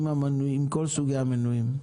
עם כל סוגי המנויים?